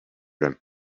him